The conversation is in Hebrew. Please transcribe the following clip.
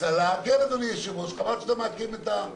כן, אדוני היושב-ראש, חבל שאתה מעקם את הפנים,